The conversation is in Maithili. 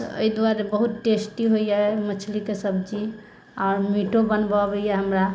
तऽ एहि दुआरे बहुत टेस्टी होइया मछलीके सब्जी आओर मीटो बनबऽ अबैया हमरा